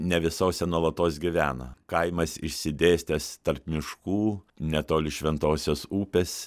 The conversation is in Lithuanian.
ne visose nuolatos gyvena kaimas išsidėstęs tarp miškų netoli šventosios upės